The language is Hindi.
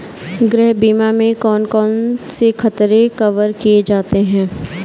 गृह बीमा में कौन कौन से खतरे कवर किए जाते हैं?